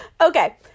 Okay